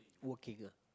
working ah